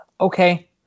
Okay